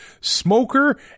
smoker